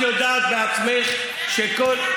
את יודעת בעצמך שכל,